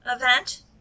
event